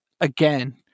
again